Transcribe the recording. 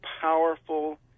powerful